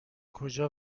کجا